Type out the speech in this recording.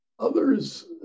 Others